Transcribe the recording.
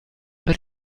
per